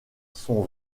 son